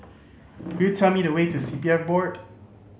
could you tell me the way to C P F Board